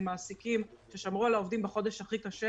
מעסיקים ששמרו על העובדים בחודש הכי קשה.